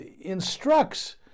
instructs